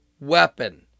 weapon